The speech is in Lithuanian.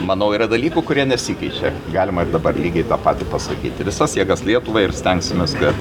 manau yra dalykų kurie nesikeičia galima ir dabar lygiai tą patį pasakyti visas jėgas lietuvai ir stengsimės kad